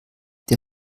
der